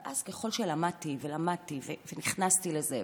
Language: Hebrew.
אבל ככל שלמדתי ולמדתי ונכנסתי לזה,